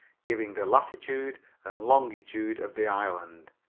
giving the latitude and longitude of the island.